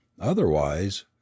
otherwise